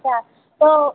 अच्छा तो